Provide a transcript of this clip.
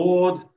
Lord